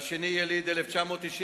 והשני יליד 1992,